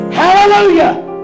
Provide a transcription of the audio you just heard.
hallelujah